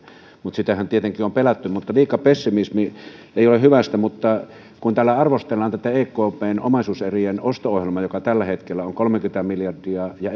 mutta sitähän tietenkin on on pelätty liika pessimismi ei ole hyvästä mutta kun täällä arvostellaan tätä ekpn omaisuuserien osto ohjelmaa joka tällä hetkellä on kolmekymmentä miljardia ja